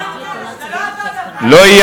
אבל אתה לא אמרת את זה ככה.